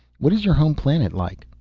what is your home planet like?